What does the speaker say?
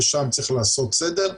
ושם צריך לעשות סדר.